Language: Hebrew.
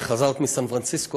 חזרת מסן פרנסיסקו,